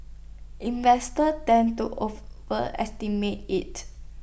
investors tend to overestimate IT